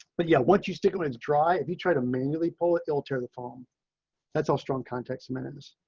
but yeah, once you start going into dry. if you try to manually. pull it alter the phone that's all strong context man and is